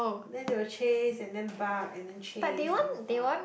then they will chase and then bark and then chase and then bark